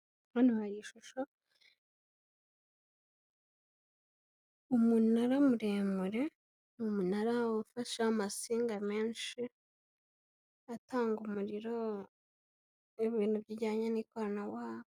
Hano hari ishusho, umunara muremure, umunara ufashe amasinga menshi atanga umuriro, ibintu bijyanye n'ikoranabuhanga.